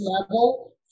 level